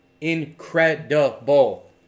Incredible